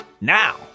Now